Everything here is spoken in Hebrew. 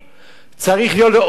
צריך להיות לו אומץ לב.